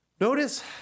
Notice